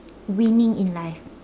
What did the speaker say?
winning in life